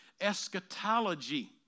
eschatology